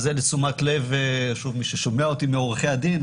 זה לתשומת לב מי ששומע אותי מעורכי הדין.